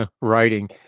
writing